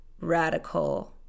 radical